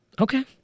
Okay